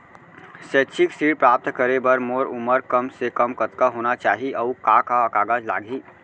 शैक्षिक ऋण प्राप्त करे बर मोर उमर कम से कम कतका होना चाहि, अऊ का का कागज लागही?